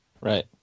Right